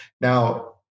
Now